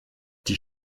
die